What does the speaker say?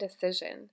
decision